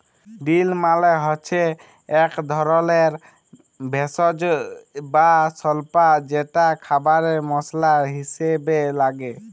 deal মালে হচ্যে এক ধরলের ভেষজ বা স্বল্পা যেটা খাবারে মসলা হিসেবে লাগে